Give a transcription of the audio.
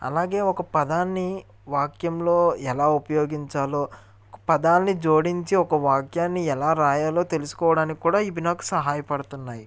అలాగే ఒక పదాన్ని వాక్యంలో ఎలా ఉపయోగించాలో ఒక పదాన్ని జోడించి ఒక వాక్యాన్ని ఎలా రాయాలో తెలుసుకోవడానికి కూడా ఇవి నాకు సహాయపడుతున్నాయి